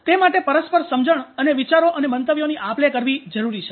તે માટે પરસ્પર સમજણ અને વિચારો અને મંતવ્યોની આપ લે કરવી જરૂરી છે